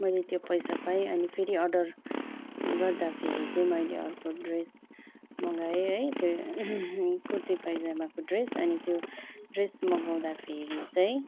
मैले त्यो पैसा पाएँ अनि फेरि अर्डर गर्दाखेरि चाहिँ मैले अर्को ड्रेस मगाएँ है त्यो कुर्ती पाइजामाको ड्रेस अनि त्यो ड्रेस मगाउँदाखेरि चाहिँ